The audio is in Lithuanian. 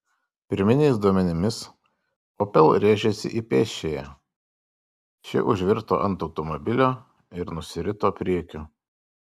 pirminiais duomenimis opel rėžėsi į pėsčiąją ši užvirto ant automobilio ir nusirito priekiu